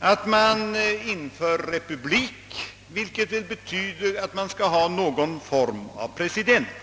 är att man inför republik, vilket betyder att man skall ha någon form av president.